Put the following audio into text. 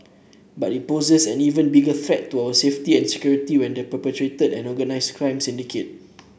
but it poses an even bigger threat to our safety and security when perpetrated an organised crime syndicate